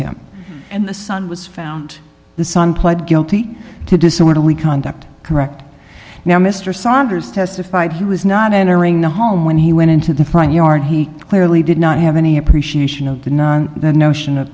him and the son was found the son pled guilty to disorderly conduct correct now mr saunders testified he was not entering the home when he went into the front yard he clearly did not have any appreciation of the non the notion of